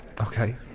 Okay